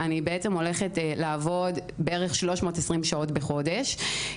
אני הולכת לעבוד בערך 320 שעות בחודש,